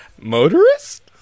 motorist